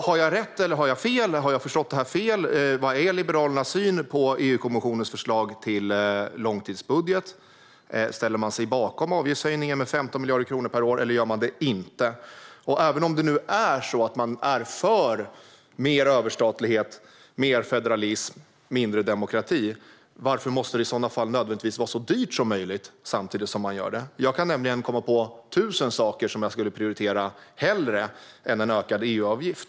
Har jag rätt eller fel? Har jag förstått fel? Vad är Liberalernas syn på EU-kommissionens förslag till långtidsbudget? Ställer man sig bakom avgiftshöjningen med 15 miljarder kronor per år, eller gör man det inte? Om man är för mer överstatlighet, mer federalism och mindre demokrati, varför måste det i så fall nödvändigtvis vara så dyrt som möjligt? Jag kan komma på tusen saker som jag hellre skulle prioritera än en ökad EU-avgift.